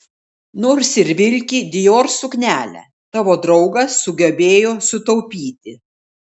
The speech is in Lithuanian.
nors ir vilki dior suknelę tavo draugas sugebėjo sutaupyti